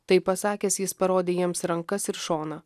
tai pasakęs jis parodė jiems rankas ir šoną